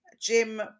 Jim